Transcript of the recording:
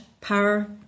power